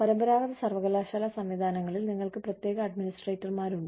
പരമ്പരാഗത സർവ്വകലാശാല സംവിധാനങ്ങളിൽ നിങ്ങൾക്ക് പ്രത്യേക അഡ്മിനിസ്ട്രേറ്റർമാരുണ്ട്